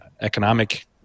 economic